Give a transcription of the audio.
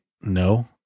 No